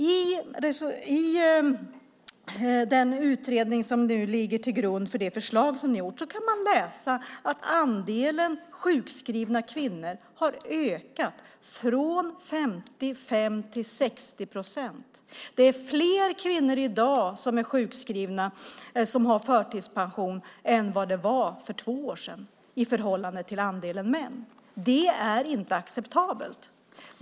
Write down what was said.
I den utredning som nu ligger till grund för ert förslag kan man läsa att andelen sjukskrivna kvinnor har ökat från 55 till 60 procent. Det är fler kvinnor i dag som är sjukskrivna eller har förtidspension än vad det var för två år sedan i förhållande till andelen män. Det är inte acceptabelt.